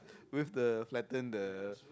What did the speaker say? with the flatten the